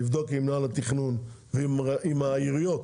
לבדוק עם מינהל התכנון ועם העיריות,